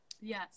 Yes